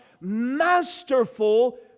masterful